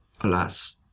Alas